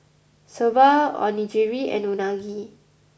Soba Onigiri and Unagi